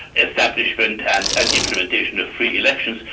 establishment and and implementation of free elections,